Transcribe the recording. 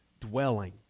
dwelling